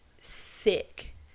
sick